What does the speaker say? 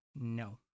No